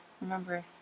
Remember